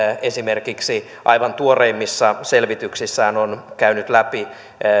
esimerkiksi aivan tuoreimmissa selvityksissään on käynyt läpi